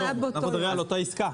אנחנו מדברים על אותה עסקה.